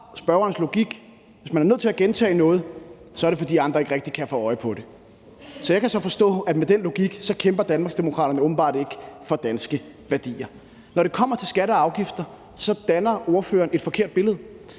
hvis man er nødt til at gentage noget, så er, fordi andre ikke rigtig kan få øje på det. Så jeg kan forstå, at Danmarksdemokraterne med den logik åbenbart ikke kæmper for danske værdier. Når det kommer til skatter og afgifter, danner ordføreren et forkert billede.